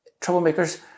troublemakers